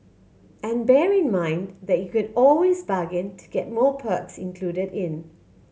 and bear in mind that you can always bargain to get more perks included in